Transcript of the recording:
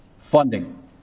Funding